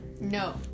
No